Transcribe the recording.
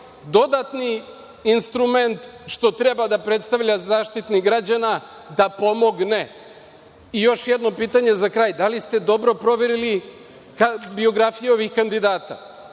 dodatni instrument što treba da predstavlja Zaštitnik građana, da pomogne. Još jedno pitanje za kraj, da li ste dobro proverili biografiju ovih kandidata?